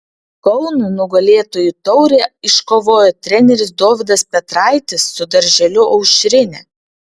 kaunui nugalėtojų taurę iškovojo treneris dovydas petraitis su darželiu aušrinė